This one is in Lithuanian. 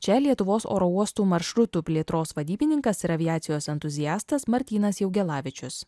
čia lietuvos oro uostų maršrutų plėtros vadybininkas ir aviacijos entuziastas martynas jaugelavičius